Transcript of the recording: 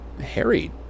harry